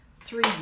three